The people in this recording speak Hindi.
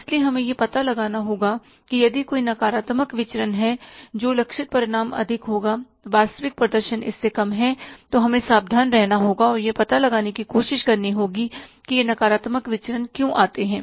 इसलिए हमें यह पता लगाना होगा कि यदि कोई नकारात्मक विचरण है जो लक्षित परिणाम अधिक होगा वास्तविक प्रदर्शन इससे कम है तो हमें सावधान रहना होगा और यह पता लगाने की कोशिश करनी होगी कि यह नकारात्मक विचरण क्यों आते हैं